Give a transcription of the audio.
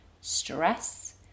stress